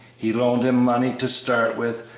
he loaned him money to start with,